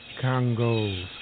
Congo